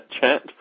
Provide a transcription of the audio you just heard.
chat